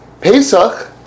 Pesach